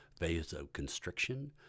vasoconstriction